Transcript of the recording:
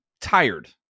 tired